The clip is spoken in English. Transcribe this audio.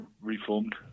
reformed